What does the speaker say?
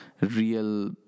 real